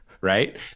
right